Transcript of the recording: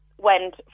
went